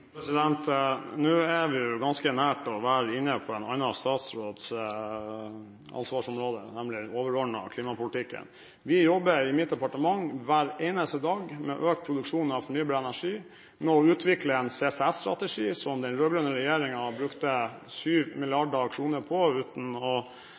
Nå er vi ganske nært å være inne på en annen statsråds ansvarsområde, nemlig den overordnede klimapolitikken. Vi jobber i mitt departement hver eneste dag med økt produksjon av fornybar energi, med å utvikle en CCS-strategi som den rød-grønne regjeringen brukte